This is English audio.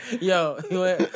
Yo